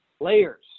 Layers